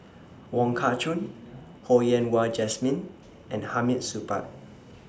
Wong Kah Chun Ho Yen Wah Jesmine and Hamid Supaat